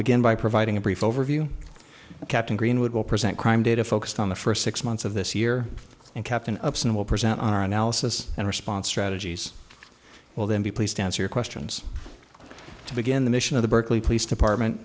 begin by providing a brief overview captain greenwood will present crime data focused on the first six months of this year and captain upson will present our analysis and response strategies will then be pleased to answer questions to begin the mission of the berkeley police department